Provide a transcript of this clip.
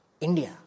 India